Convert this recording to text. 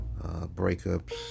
breakups